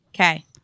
Okay